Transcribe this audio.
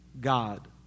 God